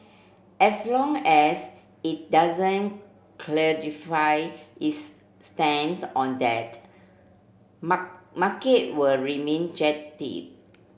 as long as it doesn't clarify its stance on that market will remain jittery